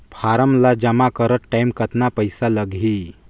Form ला जमा करत टाइम कतना पइसा लगही?